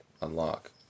unlock